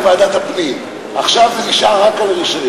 לוועדת הפנים והגנת הסביבה נתקבלה.